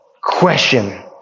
question